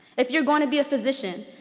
if you're going to be a physician,